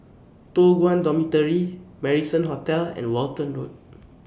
Toh Guan Dormitory Marrison Hotel and Walton Road